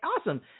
awesome